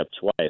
twice